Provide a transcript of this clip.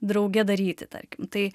drauge daryti tarkim tai